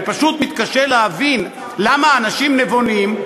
אני פשוט מתקשה להבין למה אנשים נבונים,